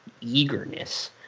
eagerness